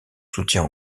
soutien